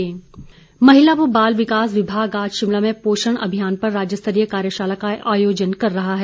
पोषण अभियान महिला व बाल विकास विभाग आज शिमला में पोषण अभियान पर राज्य स्तरीय कार्यशाला का आयोजन कर रहा है